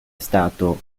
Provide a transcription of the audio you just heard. stato